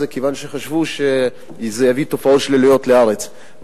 כיוון שחשבו שזה יביא תופעות שליליות לארץ.